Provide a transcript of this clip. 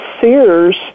Sears